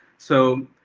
so,